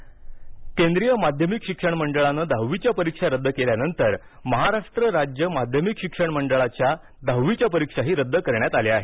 दुहावी रद्द केंद्रीय माध्यमिक शिक्षण मंडळानं दहावीच्या परीक्षा रद्द केल्यानंतर महाराष्ट्र राज्य माध्यमिक शिक्षण मंडळाच्या दहावीच्या परीक्षाही रद्द करण्यात आल्या आहेत